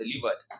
delivered